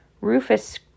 Rufus